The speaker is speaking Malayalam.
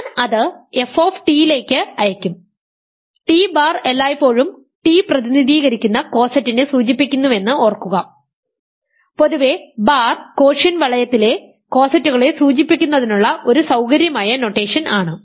ഞാൻ അത് f ലേക്ക് അയയ്ക്കും ടി ബാർ എല്ലായ്പ്പോഴും ടി പ്രതിനിധീകരിക്കുന്ന കോസെറ്റിനെ സൂചിപ്പിക്കുന്നുവെന്ന് ഓർക്കുക പൊതുവേ ബാർ കോഷ്യന്റ് വലയത്തിലെ കോസെറ്റുകളെ സൂചിപ്പിക്കുന്നതിനുള്ള ഒരു സൌകര്യമായ നൊട്ടേഷൻ ആണ്